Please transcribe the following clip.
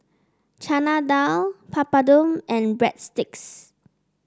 Chana Dal Papadum and Breadsticks